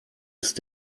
ist